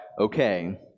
okay